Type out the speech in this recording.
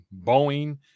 boeing